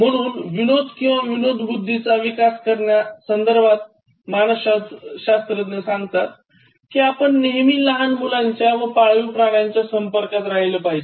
म्हणून विनोद किंवा विनोदबुद्धीचा विकास कारण्यासंदरबात मानसशास्त्रज्ञ सांगतात कि आपण नेहमी लहान मुलांच्या व पाळीव प्राणांच्या संपर्कात राहिले पाहिजे